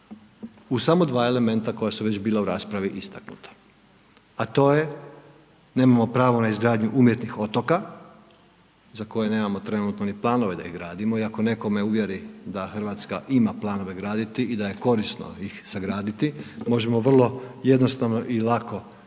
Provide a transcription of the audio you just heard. u samo dva elementa koja su već bila u raspravi istaknuta a to je nemamo pravo na izgradnju umjetnih otoka za koje nemamo trenutno ni planove da ih gradimo i ako netko me uvjeri da Hrvatska ima planove graditi i da je korisno ih sagraditi, možemo vrlo jednostavno i lako izmijeniti